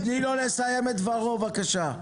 תני לו לסיים את דברו בבקשה.